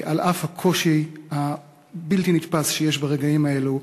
על אף הקושי הבלתי-נתפס שיש ברגעים האלה,